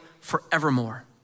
forevermore